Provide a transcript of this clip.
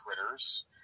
Critters